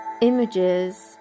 images